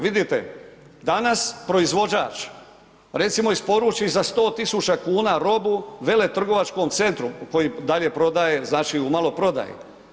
Vidite, danas proizvođač recimo isporuči za 100 000 kuna robu veletrgovačkom centru koji dalje prodaje znači u maloprodaji.